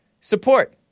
support